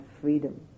freedom